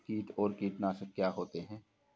कीट और कीटनाशक क्या होते हैं?